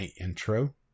intro